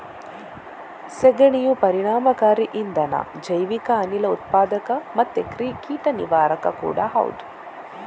ಸೆಗಣಿಯು ಪರಿಣಾಮಕಾರಿ ಇಂಧನ, ಜೈವಿಕ ಅನಿಲ ಉತ್ಪಾದಕ ಮತ್ತೆ ಕೀಟ ನಿವಾರಕ ಕೂಡಾ ಹೌದು